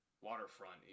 Waterfront